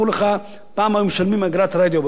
פעם היו משלמים אגרת רדיו נוסף על אגרת הטלוויזיה,